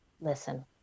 listen